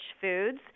foods